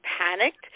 panicked